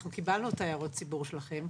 אנחנו קיבלנו את הערות הציבור שלכם.